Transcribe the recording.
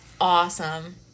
awesome